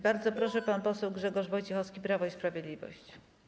Bardzo proszę, pan poseł Grzegorz Wojciechowski, Prawo i Sprawiedliwość.